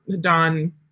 done